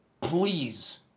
please